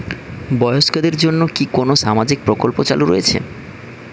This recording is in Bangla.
বয়স্কদের জন্য কি কোন সামাজিক প্রকল্প চালু রয়েছে?